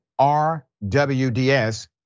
RWDS